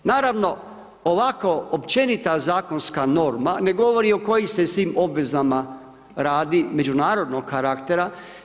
Naravno, ovako općenita zakonska norma ne govori o kojim se svim obvezama radi, međunarodnog karaktera.